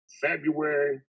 February